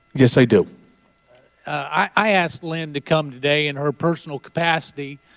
yes, i do i asked lynne to come today in her personal capacity